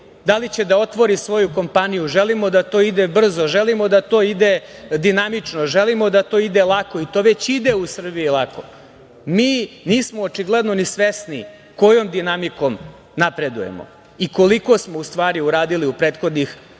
da li će da otvore svoju kompaniju i želimo da to ide brzo, želimo da to ide dinamično, da ide lako i to već ide u Srbiji lako. Mi nismo očigledno ni svesni kojom dinamikom napredujemo i koliko smo, u stvari, uradili u prethodnih nekoliko